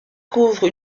couvre